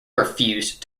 refused